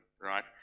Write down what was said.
right